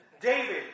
David